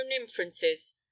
inferences